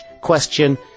question